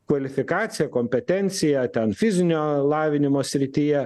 kvalifikaciją kompetenciją ten fizinio lavinimo srityje